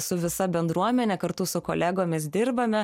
su visa bendruomene kartu su kolegomis dirbame